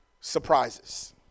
surprises